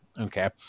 okay